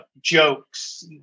jokes